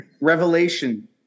Revelation